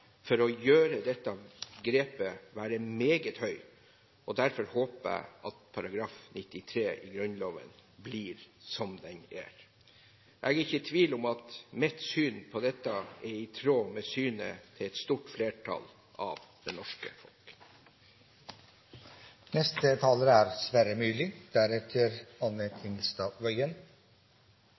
for å gjøre dette grepet være meget høy, og derfor håper jeg at § 93 i Grunnloven blir som den er. Jeg er ikke i tvil om at mitt syn på dette er i tråd med synet til et stort flertall i det norske folk. Jeg tilhører dem som er